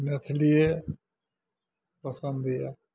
मैथिलीये पसन्द यऽ